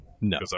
No